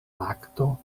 lakto